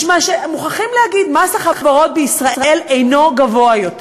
מוכרחים להגיד: מס החברות בישראל אינו גבוה יותר.